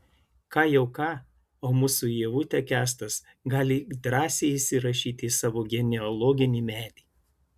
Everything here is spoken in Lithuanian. ką jau ką o mūsų ievutę kęstas gali drąsiai įsirašyti į savo genealoginį medį